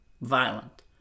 violent